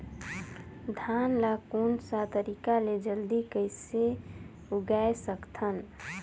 धान ला कोन सा तरीका ले जल्दी कइसे उगाय सकथन?